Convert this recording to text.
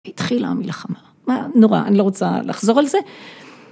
התחילה המלחמה, נורא אני לא רוצה לחזור על זה.